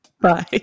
Bye